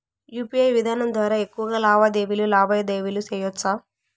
UPI విధానం ద్వారా ఎక్కువగా లావాదేవీలు లావాదేవీలు సేయొచ్చా?